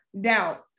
doubt